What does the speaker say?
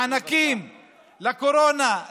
מענקים לקורונה,